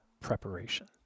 preparation